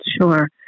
Sure